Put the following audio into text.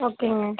ஓகேங்க